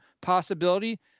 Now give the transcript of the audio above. possibility